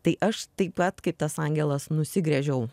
tai aš taip pat kaip tas angelas nusigręžiau